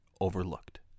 overlooked